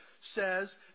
says